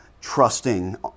trusting